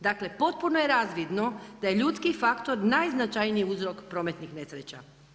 Dakle potpuno je razvidno da je ljudski faktor najznačajniji uzrok prometnih nesreća.